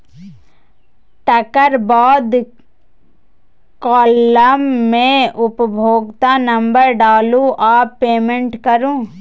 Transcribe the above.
तकर बाद काँलम मे उपभोक्ता नंबर डालु आ पेमेंट करु